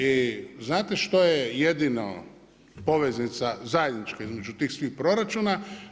I znate što je jedino poveznica zajednička između tih svih proračuna?